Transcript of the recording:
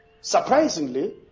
Surprisingly